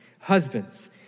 Husbands